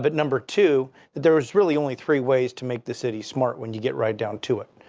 but number two, that there was really only three ways to make the city smart when you get right down to it.